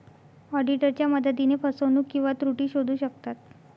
ऑडिटरच्या मदतीने फसवणूक किंवा त्रुटी शोधू शकतात